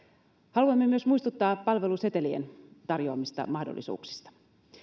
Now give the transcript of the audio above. haluamme myös muistuttaa palvelusetelien tarjoamista mahdollisuuksista